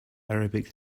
arabic